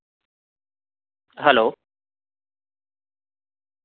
hello